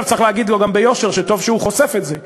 עכשיו צריך להגיד לו גם ביושר שטוב שהוא חושף את זה.